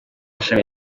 shami